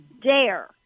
dare